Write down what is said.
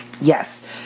Yes